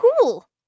cool